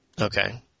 Okay